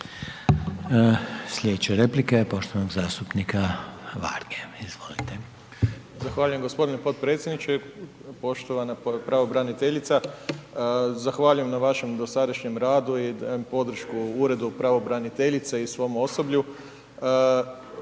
Slijedeće replike je poštovanog zastupnika Varge, izvolite. **Varga, Siniša (Nezavisni)** Zahvaljujem g. potpredsjedniče. Poštovana pravobraniteljica, zahvaljujem na vašem dosadašnjem radu i dajem podršku uredu pravobraniteljice i svom osoblju,